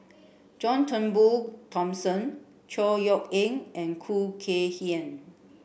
John Turnbull Thomson Chor Yeok Eng and Khoo Kay Hian